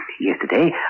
Yesterday